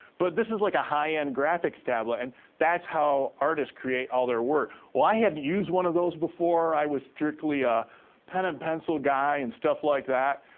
but this is, like, a high-end graphics tablet, and that's how artists create all their work. well, i hadn't used one of those before. i was strictly a pen-and-pencil guy, and stuff like that.